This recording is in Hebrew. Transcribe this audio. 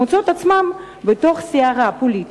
מוצאות את עצמן בתוך סערה פוליטית,